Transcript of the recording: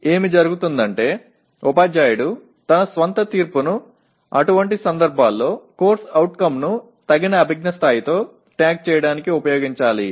எனவே என்ன நடக்கிறது என்றால் ஆசிரியர் அத்தகைய CO ஐ குறிக்க பொருத்தமான அறிவாற்றல் மட்டத்துடன் உள்ள சந்தர்ப்பங்களில் தனது சொந்த தீர்ப்பைப் பயன்படுத்த வேண்டும்